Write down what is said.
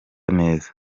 neza